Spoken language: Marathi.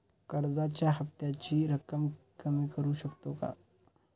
कर्जाच्या हफ्त्याची रक्कम कमी करू शकतो का?